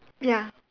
ya